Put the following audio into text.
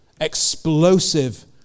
explosive